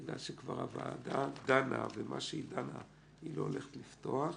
בגלל שהוועדה כבר דנה ובמה שדנה היא לא הולכת לפתוח,